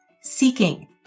Seeking